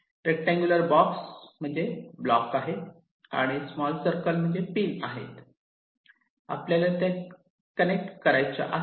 rectangular box म्हणजे block आहे आणि स्मॉल सर्कल म्हणजे पिन आहेत आपल्याला त्या कनेक्ट करायचा आहेत